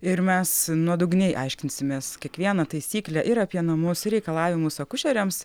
ir mes nuodugniai aiškinsimės kiekvieną taisyklę ir apie namus ir reikalavimus akušeriams